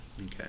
okay